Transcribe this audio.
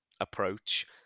approach